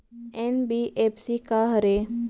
NBFC का हरे?